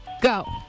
go